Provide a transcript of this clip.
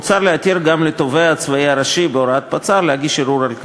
מוצע להתיר גם לתובע הצבאי הראשי בהוראת הפצ"ר להגיש ערעור על כך.